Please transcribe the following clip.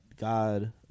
God